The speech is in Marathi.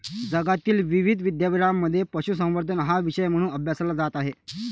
जगातील विविध विद्यापीठांमध्ये पशुसंवर्धन हा विषय म्हणून अभ्यासला जात आहे